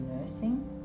nursing